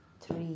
three